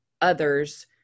others